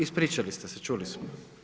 Ispričali ste se, čuli smo.